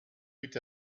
with